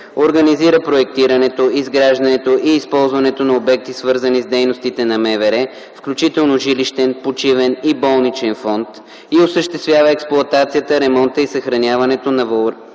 организира проектирането, изграждането и използването на обекти, свързани с дейностите на МВР, включително жилищен, почивен и болничен фонд, и осъществява експлоатацията, ремонта и съхраняването на